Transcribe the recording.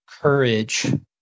courage